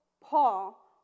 Paul